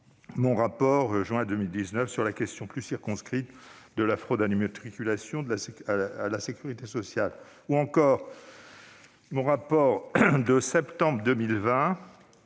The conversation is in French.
mon rapport de juin 2019 sur la question plus circonscrite de la fraude à l'immatriculation à la sécurité sociale ; ou encore mon rapport de septembre 2020